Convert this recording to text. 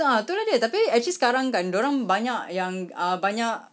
ah itu lah dia tapi actually sekarang kan dia orang banyak yang ah banyak